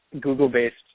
Google-based